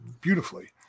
beautifully